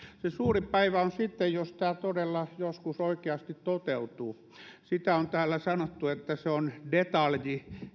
se suurin päivä on sitten jos tämä todella joskus oikeasti toteutuu täällä on sanottu että se on detalji